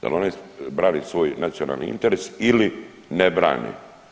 Da li one brane svoj nacionalni interes ili ne brane?